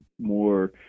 more